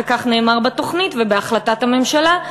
וכך נאמר בתוכנית ובהחלטת הממשלה,